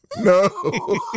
no